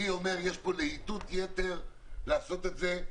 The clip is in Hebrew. אני אומר יש פה להיטות יתר לעשות את זה.